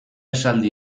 esaldi